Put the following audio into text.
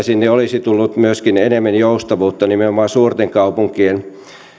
sinne olisi tullut myöskin enemmän joustavuutta nimenomaan suurten kaupunkien